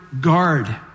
guard